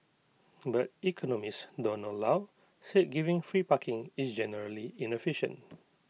but economist Donald low said giving free parking is generally inefficient